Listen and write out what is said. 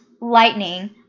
lightning